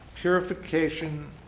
purification